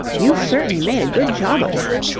you've certainly made a good job of it!